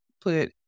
put